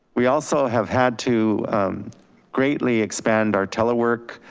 we also have had to greatly expand our telework,